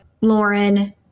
lauren